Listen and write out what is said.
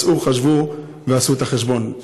אז צאו, חשבו ועשו את החשבון.